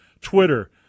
Twitter